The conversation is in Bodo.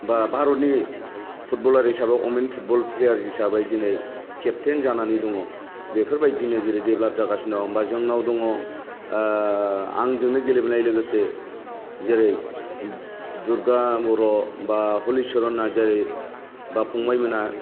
बा भारतनि फुटबलार हिसाबै अमेन फुटबल प्लेयार हिसाबै दिनै केपटेन जानानै दङ बेफोरबायदिनो जेरै देब्लाप जागासिनो दं ओमफाय जोंनाव दङ आंजोंनो गेलेबोनाय लोगोसे जेरै दुरगा बर' बा हलिचरन नारजारि बा फंबाइ मोनहा